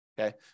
okay